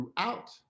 Throughout